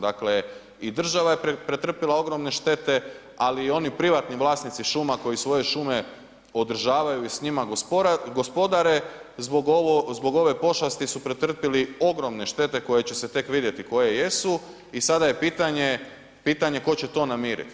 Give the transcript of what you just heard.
Dakle i država je pretrpjela ogromne štete ali i oni privatni vlasnici šuma koji svoje šume održavaju i s njima gospodare zbog ove pošasti su pretrpjeli ogromne štete koje će se tek vidjeti koje jesu i sada je pitanje tko će to namiriti.